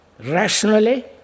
rationally